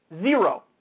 Zero